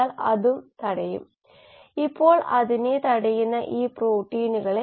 അതിനാൽ ഇപ്പോൾ ഞാൻ ഈ രീതിയിൽ എഴുതാനുള്ള കാരണംഇവിടെ ഒരു മാട്രിക്സ് വികസിക്കുന്നത് നിങ്ങൾക്ക് കാണാനാകുന്നില്ലേ